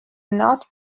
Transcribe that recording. not